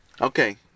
Okay